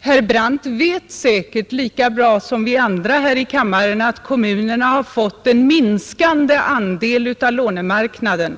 Herr Brandt vet säkert lika bra som vi andra här i kammaren att kommunerna har fått en minskande andel av lånemarknaden